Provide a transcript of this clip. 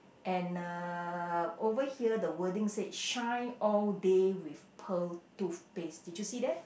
and uh over here the wording said shine all day with pearl toothpaste did you see that